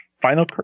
Final –